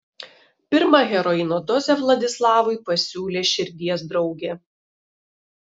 pirmą heroino dozę vladislavui pasiūlė širdies draugė